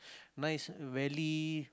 nice valley